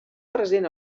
present